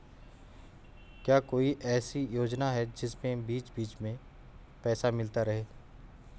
क्या कोई ऐसी योजना है जिसमें बीच बीच में पैसा मिलता रहे?